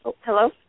Hello